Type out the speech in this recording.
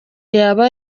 yaba